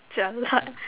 Jialat